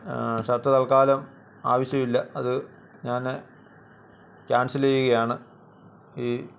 shirt തത്ക്കാലം ആവശ്യമില്ല അതു ഞാൻ ക്യാൻസൽ ചെയ്യുകയാണ് ഈ